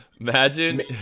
Imagine